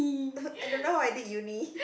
err I don't know how I did uni